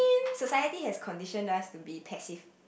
society has conditioned us to be passive